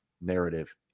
narrative